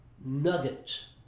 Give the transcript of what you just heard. nuggets